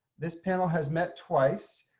this panel has met twice,